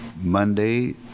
Monday